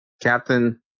Captain